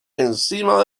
encima